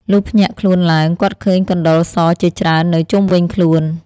លុះភ្ញាក់ខ្លួនឡើង គាត់ឃើញកណ្តុរសជាច្រើន នៅ ជុំវិញខ្លួន ។